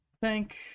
Thank